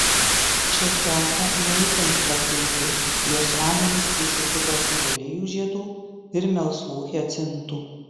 čia teka ne itin plati upė jos vandenys prisėti baltų lelijų žiedų ir melsvų hiacintų